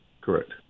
Correct